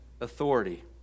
Authority